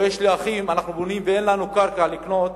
או יש לי אחים, ואין לנו קרקע לקנות,